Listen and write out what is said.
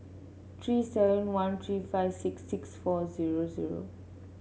three seven one three five six six four zero zero